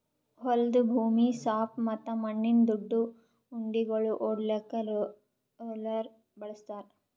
ಹೊಲದ ಭೂಮಿ ಸಾಪ್ ಮತ್ತ ಮಣ್ಣಿನ ದೊಡ್ಡು ಉಂಡಿಗೋಳು ಒಡಿಲಾಕ್ ರೋಲರ್ ಬಳಸ್ತಾರ್